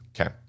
Okay